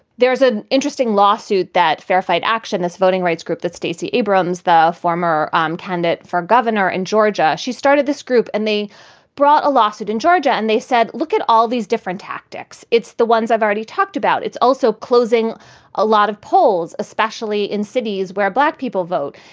there's an interesting lawsuit that verified action, this voting rights group that stacey abrams, the former um candidate for governor in georgia. she started this group and they brought a lawsuit in georgia and they said, look at all these different tactics. it's the ones i've already talked about. it's also closing a lot of polls, especially in cities where black people vote.